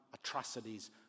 atrocities